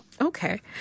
Okay